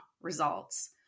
results